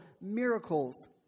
miracles